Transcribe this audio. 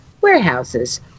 warehouses